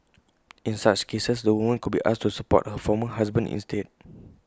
in such cases the woman could be asked to support her former husband instead